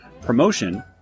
promotion